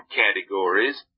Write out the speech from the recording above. categories